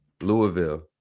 Louisville